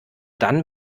dann